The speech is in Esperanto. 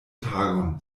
tagon